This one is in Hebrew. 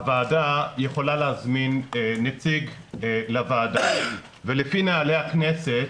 הוועדה יכולה להזמין נציג לוועדה ולפי נוהלי הכנסת